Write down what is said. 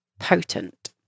potent